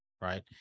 Right